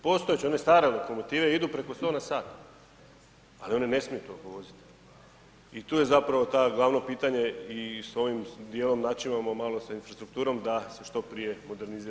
Postojeće, one stare lokomotive idu preko 100 na sat, ali one ne smiju tolko vozit i tu je zapravo ta, glavno pitanje i s ovim dijelom načimamo malo sa infrastrukturom da se što prije modernizira.